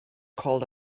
called